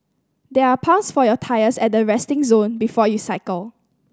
there are pumps for your tyres at the resting zone before you cycle